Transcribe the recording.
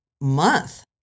month